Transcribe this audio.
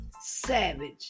Savage